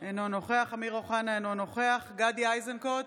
אינו נוכח אמיר אוחנה, אינו נוכח גדי איזנקוט,